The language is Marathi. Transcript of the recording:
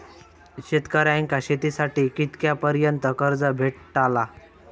शेतकऱ्यांका शेतीसाठी कितक्या पर्यंत कर्ज भेटताला?